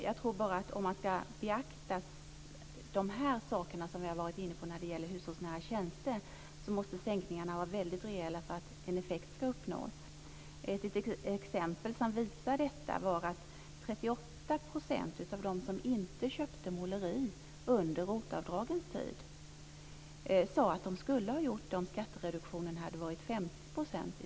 Jag tror bara att om man skall beakta de saker som vi har varit inne på när det gäller hushållsnära tjänster, måste sänkningarna vara väldigt rejäla för att en effekt skall uppnås. Ett exempel som visar detta är att ROT-avdragens tid sade att de skulle ha gjort det om skattereduktionen i stället hade varit 50 %.